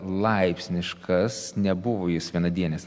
laipsniškas nebuvo jis vienadienis